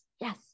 yes